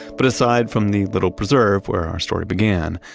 but aside from the little preserve where our story began,